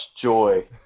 joy